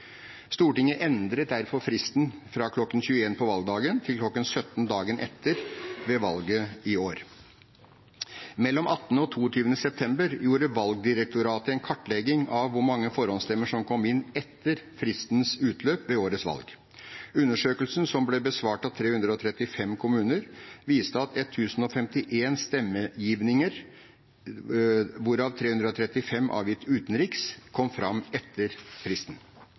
Stortinget endret derfor fristen fra kl. 21 på valgdagen til kl. 17 dagen etter ved valget i år. Mellom 18. og 22. september foretok Valgdirektoratet en kartlegging av hvor mange forhåndsstemmer som kom inn etter fristens utløp ved årets valg. Undersøkelsen, som ble besvart av 335 kommuner, viste at 1 051 stemmegivninger, hvorav 335 avgitt utenriks, kom fram etter fristen.